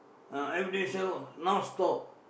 uh everyday sell ah now stop